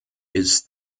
ist